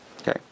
Okay